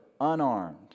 unarmed